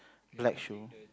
black shoe